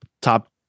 top